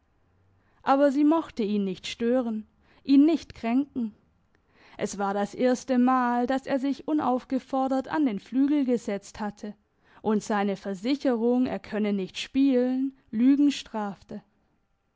aber sie mochte ihn nicht stören ihn nicht kränken es war das erste mal dass er sich unaufgefordert an den flügel gesetzt hatte und seine versicherung er könne nicht spielen lügen strafte